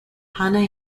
hanna